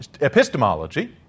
epistemology